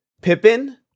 Pippin